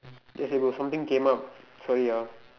yes they got something came up sorry ah